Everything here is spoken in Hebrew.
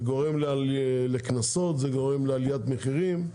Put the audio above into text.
זה גורם לקנסות ולעליית מחירים,